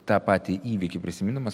tą patį įvykį prisimindamas